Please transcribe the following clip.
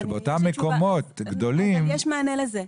שבאותם מקומות גדולים --- אבל יש מענה לזה.